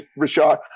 Rashad